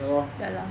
ya lor lah ya lah